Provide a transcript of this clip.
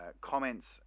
comments